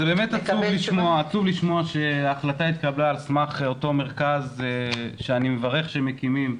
זה באמת עצוב לשמוע שההחלטה התקבלה על סמך אותו מרכז שאני מברך שמקימים,